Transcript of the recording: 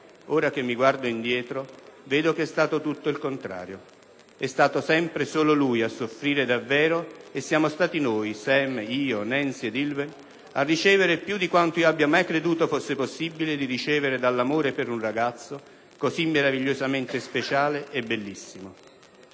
Ora che mi guardo indietro, vedo che è stato tutto il contrario! È stato sempre e solo lui a soffrire davvero e siamo stati noi - Sam, io, Nancy ed Elwen - a ricevere più di quanto io abbia mai creduto fosse possibile ricevere dall'amore per un ragazzo così meravigliosamente speciale e bellissimo».